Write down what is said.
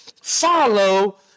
follow